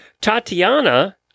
Tatiana